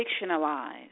fictionalized